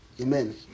Amen